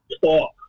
talk